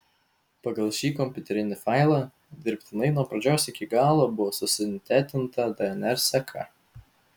pagal šį kompiuterinį failą dirbtinai nuo pradžios iki galo buvo susintetinta dnr seka